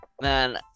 man